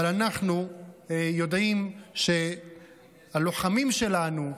אבל אנחנו יודעים שהלוחמים שלנו,